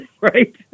right